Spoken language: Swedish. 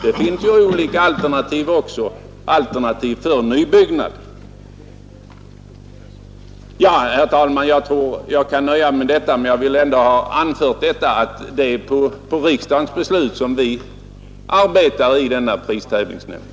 Det finns också olika alternativ för nybyggnad. Herr talman! Jag har velat anföra att det är på riksdagens beslut som vi arbetar i pristävlingsnämnden.